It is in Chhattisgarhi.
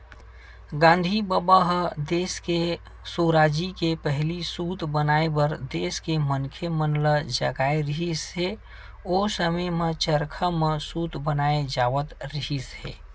गांधी बबा ह देस के सुराजी के पहिली सूत बनाए बर देस के मनखे मन ल जगाए रिहिस हे, ओ समे म चरखा म सूत बनाए जावत रिहिस हे